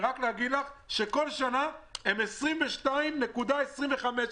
כל שנה הם מגיעים ל- 22.25%,